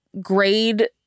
grade